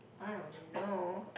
I don't know